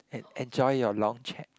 en~ enjoy your long chat